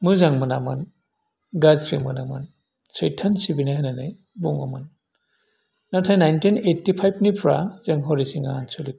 मोजां मोनामोन गाज्रि मोनोमोन सैथान सिबिनाय होन्नानै बुङोमोन नाथाइ नाइनटिन ओइथिफाइफनिफ्रा जों हरिसिङा आन्सलिक